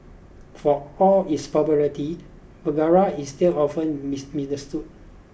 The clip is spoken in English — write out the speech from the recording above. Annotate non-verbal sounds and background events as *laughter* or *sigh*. for all its popularity Viagra is still often *unintelligible* misunderstood